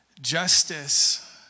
Justice